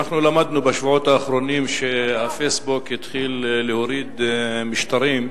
למדנו בשבועות האחרונים שה"פייסבוק" התחיל להוריד משטרים,